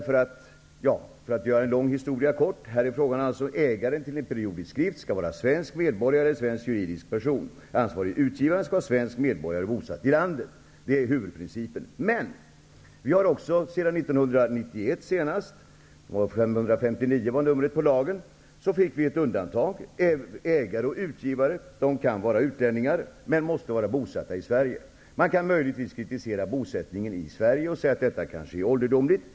För att göra en lång historia kort är det här frågan om att ägaren till en periodisk skrift skall vara svensk medborgare, dvs. svensk juridisk person. Den ansvarige utgivaren skall vara svensk medborgare och bosatt i landet. Det är huvudprincipen. Men 1991 fick vi ett undantag. Numret på lagen var 559. Ägare och utgivare kan vara utlänningar, men måste vara bosatta i Sverige. Man kan möjligen kritisera bosättningen i Sverige och säga att detta är ålderdomligt.